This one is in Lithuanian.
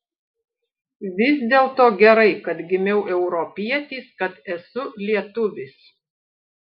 vis dėlto gerai kad gimiau europietis kad esu lietuvis